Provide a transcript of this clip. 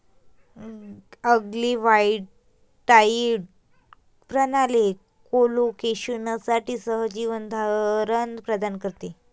agrivoltaic प्रणाली कोलोकेशनसाठी सहजीवन धोरण प्रदान करते